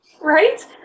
right